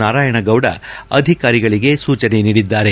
ನಾರಾಯಣಗೌಡ ಅಧಿಕಾರಿಗಳಿಗೆ ಸೂಚನೆ ನೀಡಿದ್ದಾರೆ